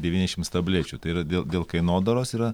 devyniašims tablečių tai yra dėl dėl kainodaros yra